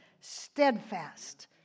steadfast